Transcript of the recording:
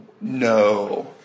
no